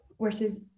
versus